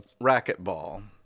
racquetball